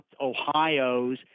Ohio's